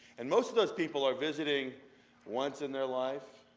and most of those people are visiting once in their life,